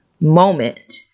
moment